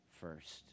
first